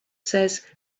says